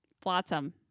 Flotsam